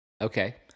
Okay